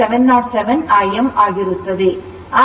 707 Im ಆಗಿರುತ್ತದೆ